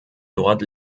dort